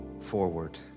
forward